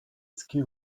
ski